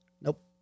Nope